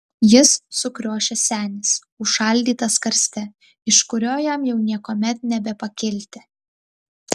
jis sukriošęs senis užšaldytas karste iš kurio jam jau niekuomet nebepakilti